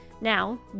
now